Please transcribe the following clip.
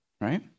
right